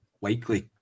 likely